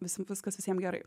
visiem viskas visiem gerai